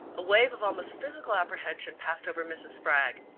a wave of almost physical apprehension passed over mrs. spragg.